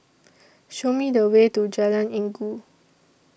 Show Me The Way to Jalan Inggu